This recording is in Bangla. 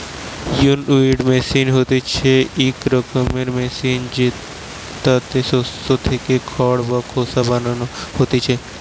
উইনউইং মেশিন হতিছে ইক রকমের মেশিন জেতাতে শস্য থেকে খড় বা খোসা সরানো হতিছে